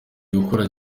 gukora